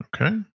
Okay